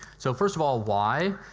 so first of all why?